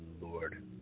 Lord